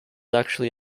actually